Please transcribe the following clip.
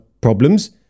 problems